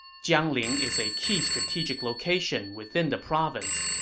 jiangling is a key strategic location within the province.